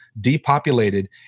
depopulated